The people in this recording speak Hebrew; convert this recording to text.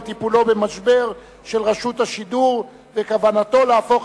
בטיפולו במשבר רשות השידור וכוונתו להפוך